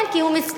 כן, כי הוא מבצע,